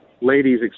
ladies